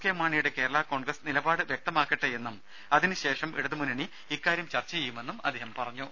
K മാണിയുടെ കേരള കോൺഗ്രസ് നിലപാട് വ്യക്തമാക്കട്ടെയെന്നും അതിനു ശേഷം ഇടതു മുന്നണി ഇക്കാര്യം ചർച്ച ചെയ്യുമെന്നും അദ്ദേഹം അറിയിച്ചു